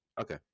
Okay